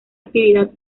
actividad